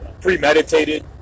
premeditated